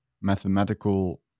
mathematical